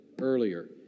earlier